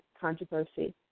controversy